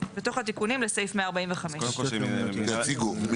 בתוך התיקונים לסעיף 145. שיציגו.